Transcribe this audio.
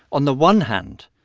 on the one hand,